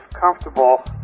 comfortable